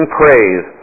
praise